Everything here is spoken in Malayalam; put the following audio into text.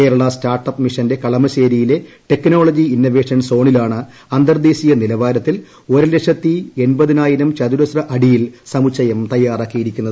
കേരള സ്റ്റാർട്ട് അപ്പ് മിഷന്റെ കളമശ്ശേരിയിലെ ടെക്നോളജി ഇന്നവേഷൻ സോണിലാണ് അന്തർദ്ദേശീയ നിലവാരത്തിൽ ഒരുലക്ഷത്തി എൺപതിനായിരം ചതുരശ്ര അടിയിലാണ് സമുച്ചയം തയ്യാറാക്കിയിരിക്കുന്നത്